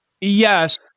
Yes